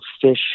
fish